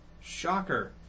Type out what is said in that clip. shocker